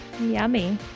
Yummy